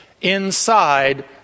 Inside